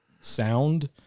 sound